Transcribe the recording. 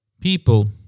people